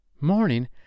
Morning